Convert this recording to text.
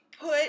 put